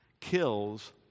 kills